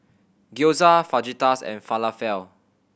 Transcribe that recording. Gyoza Fajitas and Falafel